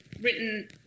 written